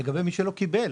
לגבי מי שלא קיבל.